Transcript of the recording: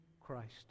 Christ